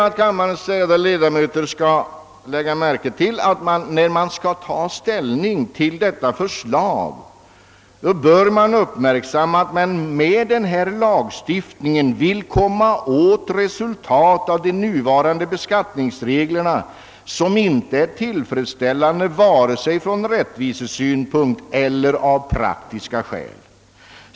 När man skall ta ställning till detta förslag bör man hålla i minnet att den föreslagna lagstiftningen vill komma åt resultat av nuvarande beskattningsregler som inte är tillfredsställande vare sig ur rättvisesynpunkt eller av praktiska skäl.